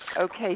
Okay